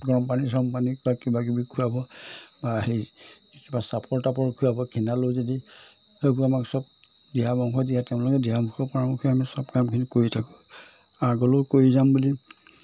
গৰম পানী চৰম পানী বা কিবা কিবি খুৱাব বা হেৰি কিবা চাপৰ তাপৰ খোৱাব খীনালেও যদি সেইবোৰ আমাক সব দিহা মাংস দিয়ে তেওঁলোকে দিহা পৰামৰ্শই আমি সব কামখিনি কৰি থাকোঁ আগলৈও কৰি যাম বুলি